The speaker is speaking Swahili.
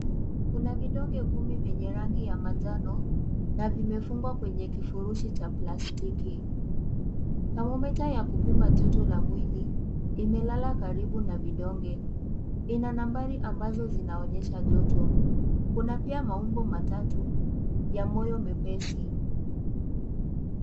Kuna vidonge kumi vyenye rangi ya manjano na vimefumbwa kwenye kifurushi cha plastiki. Thermometer ya kupima joto la mwili imelala karibu na vidonge. Ina nambari ambazo zinaonyesha joto. Kuna pia maumbo matatu ya moyo mwepesi.